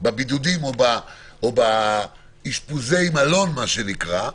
בבידודים או באשפוזי המלון, מה שנקרא,